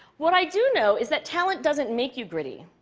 what i do know is that talent doesn't make you gritty.